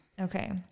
okay